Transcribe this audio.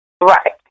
Right